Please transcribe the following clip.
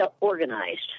organized